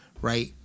Right